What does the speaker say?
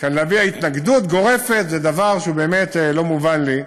כאן להביע התנגדות גורפת זה דבר שלא מובן לי,